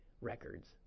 records